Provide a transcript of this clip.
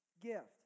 gift